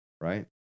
right